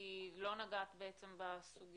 כי לא נגעת בסוגיה.